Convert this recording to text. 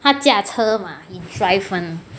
他驾车嘛 he drive [one]